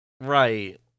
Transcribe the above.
Right